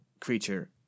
creature